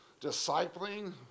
discipling